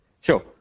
sure